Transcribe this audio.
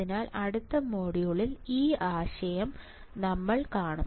അതിനാൽ അടുത്ത മൊഡ്യൂളിൽ ഈ ആശയം നമ്മൾ കാണും